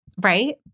Right